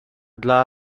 dla